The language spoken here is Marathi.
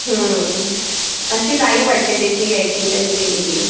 अशी लाईव वाटते त्याची अॅक्टिंग त्याने केलेली